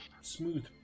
smooth